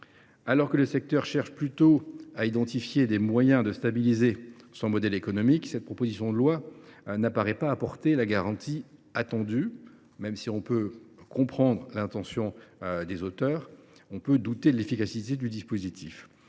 Alors que le secteur cherche plutôt à identifier des moyens de stabiliser son modèle économique, cette proposition de loi ne paraît pas apporter la garantie attendue. Même si l’on peut comprendre l’intention de ses auteurs, on peut douter de l’efficacité du dispositif